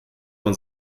man